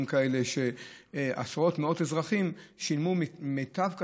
כאלה שבהם עשרות ומאות אזרחים שילמו ממיטב כספם,